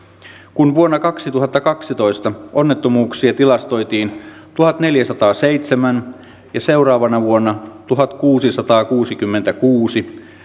kun vuonna kaksituhattakaksitoista onnettomuuksia tilastoitiin tuhatneljäsataaseitsemän ja seuraavana vuonna tuhatkuusisataakuusikymmentäkuusi